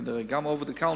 כנראה גם over the counter.